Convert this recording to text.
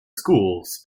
schools